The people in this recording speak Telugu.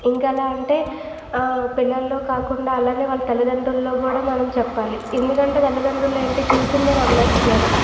ఇంకెలా అంటే పిల్లల్లో కాకుండా అలానే వాళ్ళ తల్లిదండ్రుల్లో కూడా మనం చెప్పాలి ఎందుకంటే తల్లిదండ్రులు ఏంటి చూసిందే నమ్మేస్తున్నారు